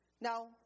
Now